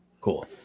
Cool